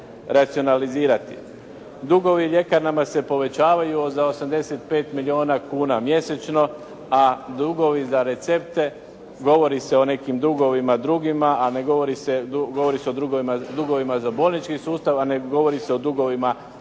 Dugovi ljekarnama se povećavaju za 85 milijuna kuna mjesečno, a dugovi za recepte, govori se o nekim dugovima drugima, a govori se o dugovima za bolnički sustav, a ne govori se o dugovima za